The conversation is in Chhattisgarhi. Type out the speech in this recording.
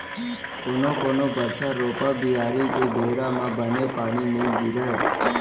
कोनो कोनो बछर रोपा, बियारी के बेरा म बने पानी नइ गिरय